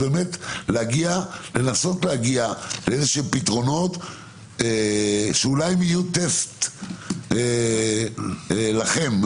כדי לנסות ולהגיע לפתרונות שאולי הם יהיו טסט לכם,